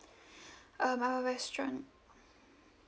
um our restaurant